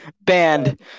Banned